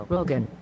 Rogan